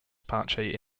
apache